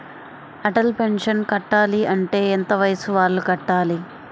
Atal pension కట్టాలి అంటే ఎంత వయసు వాళ్ళు కట్టాలి?